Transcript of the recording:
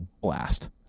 blast